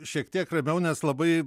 šiek tiek ramiau nes labai